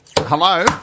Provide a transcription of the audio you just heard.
Hello